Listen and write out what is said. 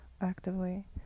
actively